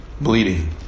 bleeding